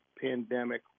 pandemic